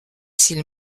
s’il